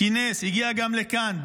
כינס, הגיע גם לכאן.